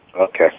Okay